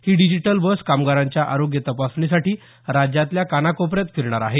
ही digital bus कामगारांच्या आरोग्य तपासणीसाठी राज्यातल्या कानाकोपऱ्यात फिरणार आहे